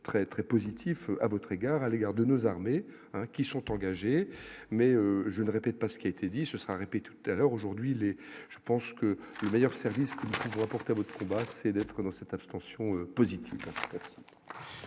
très très positif à votre égard à l'égard de nos armées qui sont engagés, mais je ne répète pas ce qui a été dit ce sera répétée alors aujourd'hui les je pense que le meilleur service reporter votre combat, c'est d'être dans cette abstention positive. Merci,